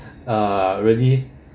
uh really